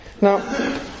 Now